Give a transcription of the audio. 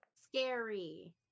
scary